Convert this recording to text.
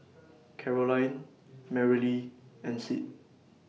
Carolyne Merrilee and Sid